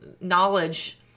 knowledge